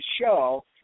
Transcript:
show